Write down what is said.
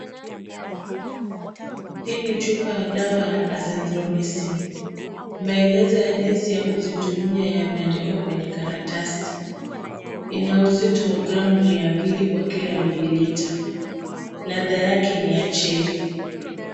Hii ni chupa ya dawa ya Azithromycin, maelezo ya jinsi ya kuzitumia yameandikwa kwenye karatasi. Ina uzito wa gramu mia mbili kwa kila mililita. Ladha yake ni ya cherry .